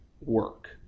work